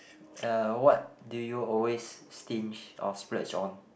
uh what do you always stinge or splurge on